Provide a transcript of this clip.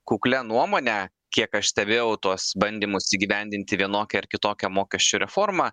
kuklia nuomone kiek aš stebėjau tuos bandymus įgyvendinti vienokią ar kitokią mokesčių reformą